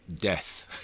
death